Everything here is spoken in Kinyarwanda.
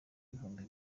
ibihumbi